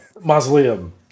mausoleum